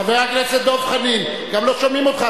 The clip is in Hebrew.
חבר הכנסת דב חנין, גם לא שומעים אותך.